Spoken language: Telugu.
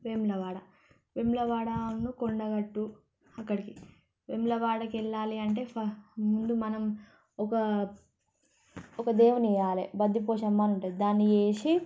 వేములవాడ వేములవాడా అను కొండగట్టు అక్కడికి వేములవాడకి వెళ్ళాలి అంటే ఫ ముందు మనం ఒకా ఒక దేవున్ని చేయాలి బద్దిపోశమ్మ అని ఉంటుంది దాన్ని చేసి